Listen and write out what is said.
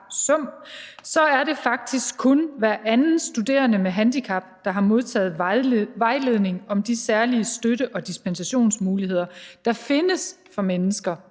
er det faktisk kun hver anden studerende med handicap, der har modtaget vejledning om de særlige støtte- og dispensationsmuligheder, der findes for mennesker